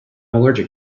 allergic